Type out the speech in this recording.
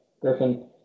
Griffin